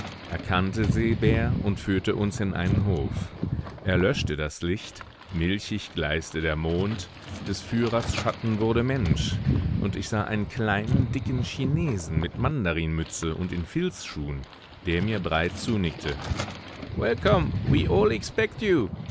erkannte seebär und führte uns in einen hof er löschte das licht milchig gleißte der mond des führers schatten wurde mensch und ich sah einen kleinen dicken chinesen mit mandarinmütze und in filzschuhen der mir breit zunickte welcome